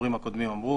הדוברים הקודמים אמרו,